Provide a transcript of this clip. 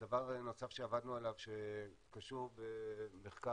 ודבר נוסף שדיברנו עליו וקשור במחקר